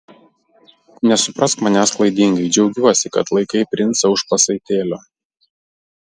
nesuprask manęs klaidingai džiaugiuosi kad laikai princą už pasaitėlio